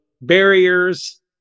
barriers